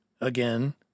again